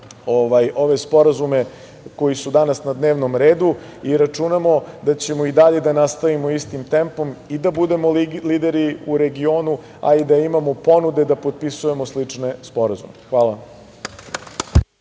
ove sporazume koji su danas na dnevnom redu i računamo da ćemo i dalje da nastavimo istim tempom i da budemo lideri u regionu, a i da imamo ponude da potpisujemo slične sporazume. Hvala